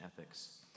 ethics